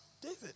David